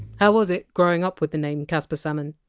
how was it, growing up with the name! caspar salmon?